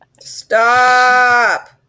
Stop